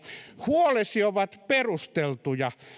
huolesi ovat perusteltuja